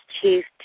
chief